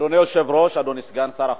אדוני היושב-ראש, אדוני סגן שר החוץ,